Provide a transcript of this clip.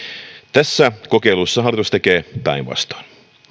tässä kokeilussa hallitus tekee päinvastoin